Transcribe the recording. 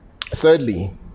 Thirdly